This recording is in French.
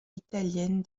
italienne